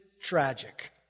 tragic